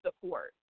support